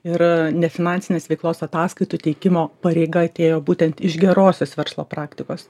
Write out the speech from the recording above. ir nefinansinės veiklos ataskaitų teikimo pareiga atėjo būtent iš gerosios verslo praktikos